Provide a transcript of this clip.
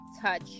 touch